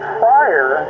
prior